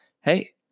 Hey